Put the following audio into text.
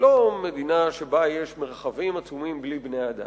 לא מדינה שבה יש מרחבים עצומים בלי בני-אדם,